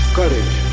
courage